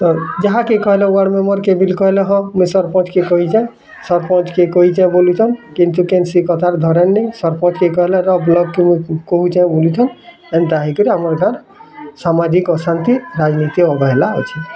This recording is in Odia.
ତ ଯାହା କେ କହିଲେ ୱାର୍ଡ଼ ମେମ୍ୱର୍ କେ ବିଲ୍ କହିଲେ ହଁ ମୁଇଁ ସରପଞ୍ଚ କେ କହିଛ ସରପଞ୍ଚ କେ କହିଛ ବୋଲିଛନ୍ କିନ୍ଚି କେନ୍ସି କଥା ଧରନି ସରପଞ୍ଚ କେ କହିଲେ କହୁଛ ବୋଲୁଛ ଏନ୍ତା ହେଇ କିରି ଆମର ଏଇଟା ସାମାଜିକ୍ ଅଶାନ୍ତି ରାଜନୀତି ଅବହେଳା ଅଛି